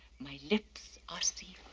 my lips are sealed.